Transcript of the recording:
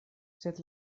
sed